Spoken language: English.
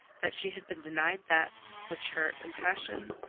that she had been denied that which her impassioned,